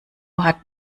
hat